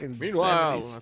Meanwhile